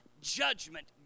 judgment